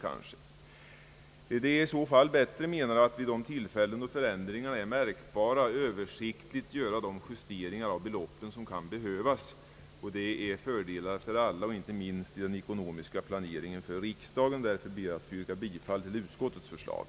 Och enligt min mening är det i så fall bättre att vid de tillfällen, då förändringarna är märkbara, översiktligt göra de justeringar av beloppen som kan behövas. Det ger fördelar åt alla och inte minst åt riksdagen i den ekonomiska planeringen. Därför ber jag att få yrka bifall till utskottets förslag.